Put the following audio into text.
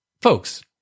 folks